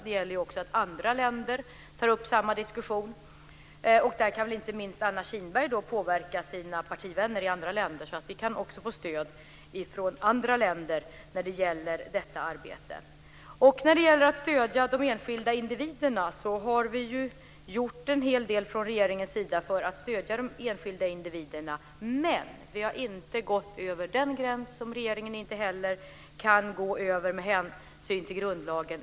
Det gäller också att andra länder tar upp samma diskussion. Där kan inte minst Anna Kinberg påverka sina partivänner i andra länder så att vi kan få stöd också från andra länder i detta arbete. Vi har gjort en hel del från regeringens sida för att stödja de enskilda individerna. Men vi har inte gått över den gräns som regeringen inte heller kan gå över med hänsyn till grundlagen.